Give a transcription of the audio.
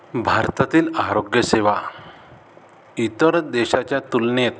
भारतातील आरोग्यसेवा इतर देशाच्या तुलनेत